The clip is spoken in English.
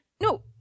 No